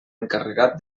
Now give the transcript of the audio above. encarregat